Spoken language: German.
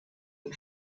und